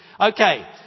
Okay